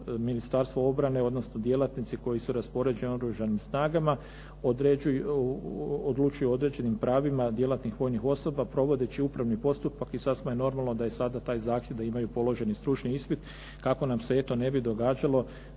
Ministarstvo obrane odnosno djelatnici koji su raspoređeni u oružanim snagama odlučuju o određenim pravima djelatnih vojnih osoba provodeći upravni postupak i sasvim je normalno da je sada taj zahtjev da imaju položen stručni ispit kako nam se eto ne bi događalo